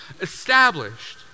established